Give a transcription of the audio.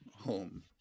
Home